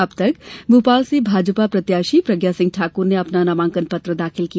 अब तक भोपाल से भाजपा प्रत्याशी प्रज्ञा सिंह ठाकर ने अपना नामांकन दाखिल किया